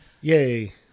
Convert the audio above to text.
Yay